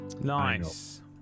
Nice